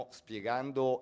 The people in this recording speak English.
spiegando